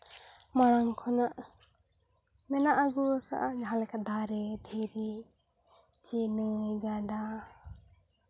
ᱢᱟᱲᱟᱝ ᱠᱷᱚᱱᱟᱜ ᱢᱮᱱᱟᱜ ᱟᱹᱜᱩ ᱟᱠᱟᱫᱼᱟ ᱡᱟᱦᱟᱸ ᱞᱮᱠᱟ ᱫᱟᱨᱮ ᱫᱷᱤᱨᱤ ᱪᱮ ᱱᱟᱹᱭ ᱜᱟᱰᱟ